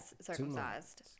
circumcised